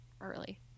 early